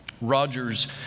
Rogers